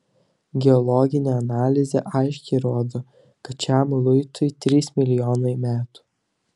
geologinė analizė aiškiai rodo kad šiam luitui trys milijonai metų